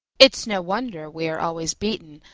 it's no wonder we are always beaten,